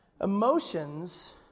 Emotions